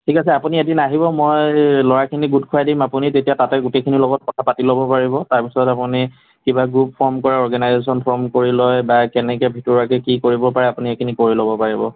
ঠিক আছে আপুনি এদিন আহিব মই ল'ৰাখিনিক গোটখোৱাই দিম আপুনি তেতিয়া তাতেই গোটেইখিনিৰ লগত কথা পাতি ল'ব পাৰিব তাৰপিছত আপুনি কিবা গ্ৰুপ ফৰ্ম কৰে অৰগেনাইজেশ্যন ফৰ্ম কৰি লয় বা কেনেকৈ ভিতৰুৱাকৈ কি কৰিব পাৰে আপুনি সেইখিনি কৰি ল'ব পাৰিব